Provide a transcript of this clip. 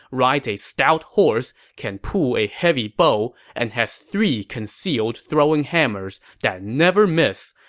rides a stout horse, can pull a heavy bow, and has three concealed throwing hammers that never miss.